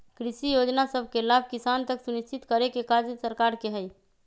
कृषि जोजना सभके लाभ किसान तक सुनिश्चित करेके काज सरकार के हइ